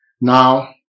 Now